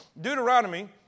Deuteronomy